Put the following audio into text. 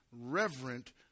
reverent